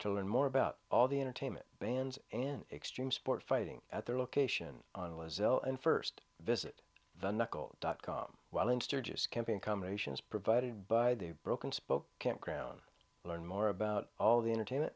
to learn more about all the entertainment bans and extreme sport fighting at their location on was ill and first visit the naco dot com while in sturgis camping combinations provided by the broken spoke can't crown learn more about all the entertainment